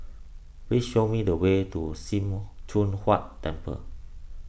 please show me the way to Sim Choon Huat Temple